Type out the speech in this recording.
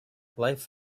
life